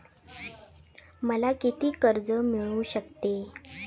मला किती कर्ज मिळू शकते?